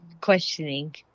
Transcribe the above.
questioning